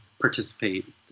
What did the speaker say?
participate